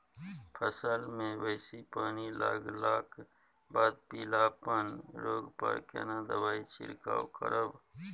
फसल मे बेसी पानी लागलाक बाद पीलापन रोग पर केना दबाई से छिरकाव करब?